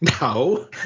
no